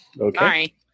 Okay